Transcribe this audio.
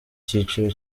cyiciro